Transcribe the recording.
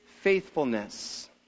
faithfulness